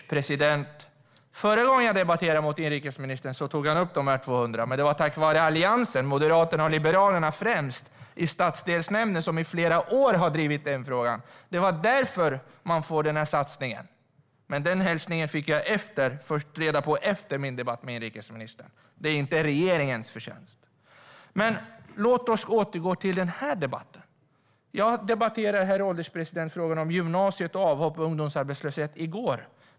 Herr ålderspresident! Senast jag debatterade med inrikesministern tog han upp de 200 poliserna. Men den satsningen kommer till stånd tack vare Alliansen, främst Moderaterna och Liberalerna, som har drivit frågan i stadsdelsnämnden under flera år. Men det fick jag reda på först efter min debatt med inrikesministern. Det är inte regeringens förtjänst. Låt oss återgå till den här debatten. Jag debatterade gymnasiet, avhopp och ungdomsarbetslöshet i går.